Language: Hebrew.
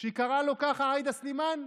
כשהיא קראה לו ככה, עאידה סלימאן?